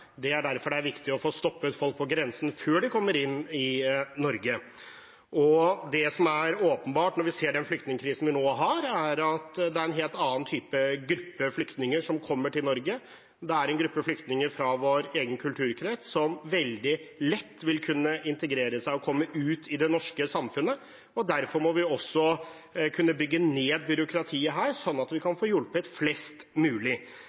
er derfor det er viktig å få stoppet folk på grensen før de kommer inn i Norge. Det som er åpenbart når vi ser den flyktningkrisen vi nå har, er at det er en helt annen type gruppe flyktninger som kommer til Norge. Det er en gruppe flyktninger fra vår egen kulturkrets som veldig lett vil kunne integrere seg og komme ut i det norske samfunnet. Derfor må vi kunne bygge ned byråkratiet her, sånn at vi kan få hjulpet flest mulig.